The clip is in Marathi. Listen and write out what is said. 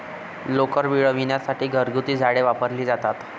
लोकर मिळविण्यासाठी घरगुती झाडे वापरली जातात